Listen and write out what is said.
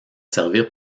servir